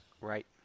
Right